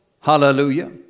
hallelujah